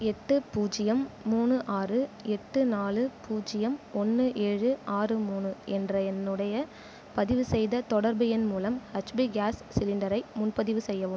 எட்டு பூஜ்ஜியம் மூணு ஆறு எட்டு நாலு பூஜ்ஜியம் ஒன்று ஏழு ஆறு மூணு என்ற என்னுடைய பதிவு செய்த தொடர்பு எண் மூலம் ஹெச்பி கேஸ் சிலிண்டரை முன்பதிவு செய்யவும்